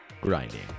grinding